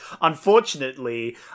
Unfortunately